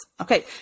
Okay